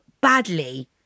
badly